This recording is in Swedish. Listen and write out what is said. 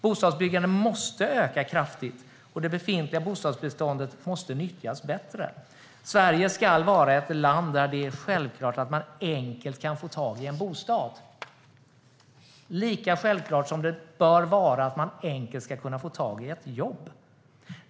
Bostadsbyggandet måste öka kraftigt, och det befintliga bostadsbeståndet måste nyttjas bättre. Sverige ska vara ett land där det är självklart att man enkelt kan få tag i en bostad, lika självklart som det bör vara att man enkelt kan få tag i ett jobb.